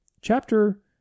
chapter